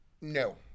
no